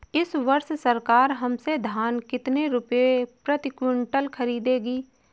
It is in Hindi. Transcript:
इस वर्ष सरकार हमसे धान कितने रुपए प्रति क्विंटल खरीदेगी?